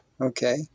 Okay